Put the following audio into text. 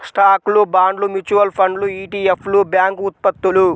స్టాక్లు, బాండ్లు, మ్యూచువల్ ఫండ్లు ఇ.టి.ఎఫ్లు, బ్యాంక్ ఉత్పత్తులు